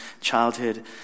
childhood